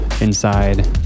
inside